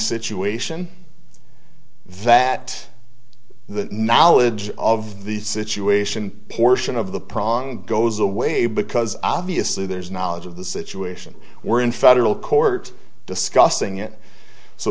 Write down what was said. situation that the knowledge of the situation portion of the pronk goes away because obviously there's knowledge of the situation we're in federal court discussing it so